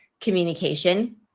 communication